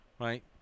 right